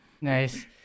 Nice